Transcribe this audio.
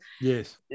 Yes